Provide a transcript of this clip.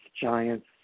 Giants